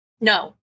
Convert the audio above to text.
No